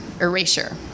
Erasure